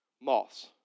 Moths